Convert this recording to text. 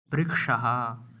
वृक्षः